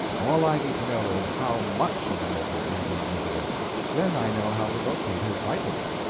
all i need to know is, how much of an ogre is invisible then i know how to locate his vitals.